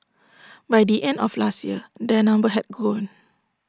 by the end of last year their number had grown